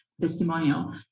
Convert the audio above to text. testimonial